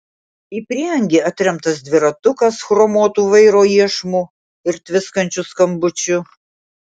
į prieangį atremtas dviratukas chromuotu vairo iešmu ir tviskančiu skambučiu